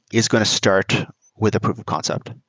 is going to start with a proof of concept.